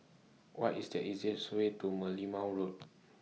What IS The easiest Way to Merlimau Road